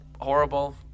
horrible